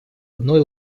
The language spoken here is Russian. одной